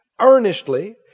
earnestly